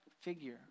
figure